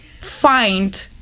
find